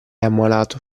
ammalato